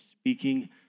speaking